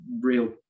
real